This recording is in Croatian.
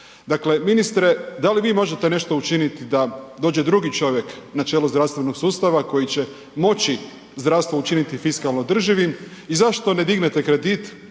Dakle ministre, da li vi možete nešto učiniti da dođe drugi čovjek na čelo zdravstvenog sustava koji će moći zdravstvo učiniti fiskalno održivim i zašto ne dignete kredit